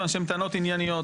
כיוון שהן טענות ענייניות.